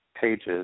pages